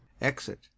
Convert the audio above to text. Exit